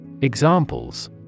Examples